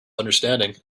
understanding